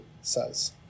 says